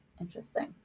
Interesting